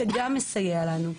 שגם מסייע לנו.